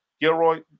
Gilroy